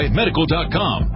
medical.com